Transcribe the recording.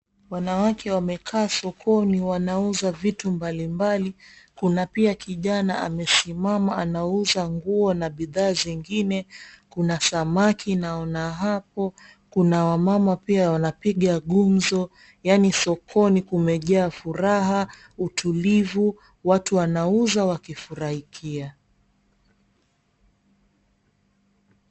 Wanawake wamekaa sokoni wanauza vitu mbalimbali, kuna pia kijana amesimama anauza nguo na bidhaa zingine, kuna samaki naona hapo, kuna wamama pia wanapiga gumzo. Yaani sokoni kumejaa furaha, utulivu. Watu wanauza wakifurahikia.